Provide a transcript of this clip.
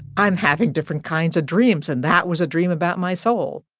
i'm having different kinds of dreams. and that was a dream about my soul